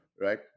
right